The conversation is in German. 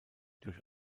durch